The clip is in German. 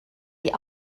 die